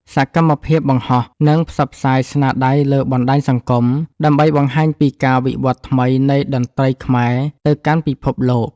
សកម្មភាពបង្ហោះ និងផ្សព្វផ្សាយស្នាដៃលើបណ្ដាញសង្គម ដើម្បីបង្ហាញពីការវិវត្តថ្មីនៃតន្ត្រីខ្មែរទៅកាន់ពិភពលោក។